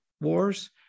wars